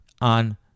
on